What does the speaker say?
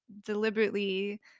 deliberately